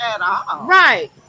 Right